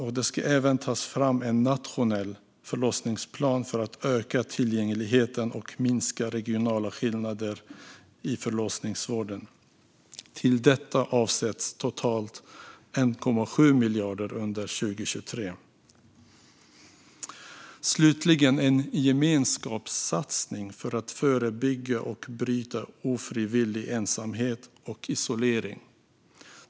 Det ska även tas fram en nationell förlossningsplan för att öka tillgängligheten och minska regionala skillnader i förlossningsvården. Till detta avsätts totalt 1,7 miljarder under 2023. Slutligen gör regeringen en gemenskapssatsning för att förebygga och bryta ofrivillig ensamhet och isolering.